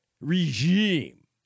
regime